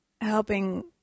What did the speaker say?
helping